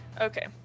Okay